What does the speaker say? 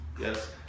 yes